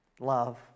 love